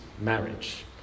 marriage